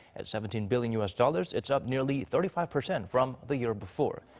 at seventeen billion u s. dollars, it's up nearly thirty five percent from the year before.